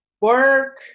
Work